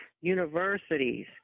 universities